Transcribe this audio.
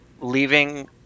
leaving